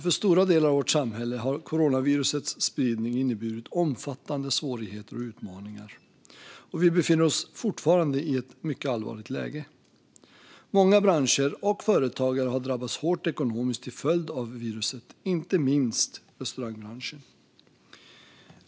För stora delar av samhället har coronavirusets spridning inneburit omfattande svårigheter och utmaningar, och vi befinner oss fortfarande i ett mycket allvarligt läge. Många branscher och företagare har drabbats hårt ekonomiskt till följd av viruset, inte minst restaurangbranschen.